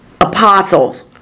Apostles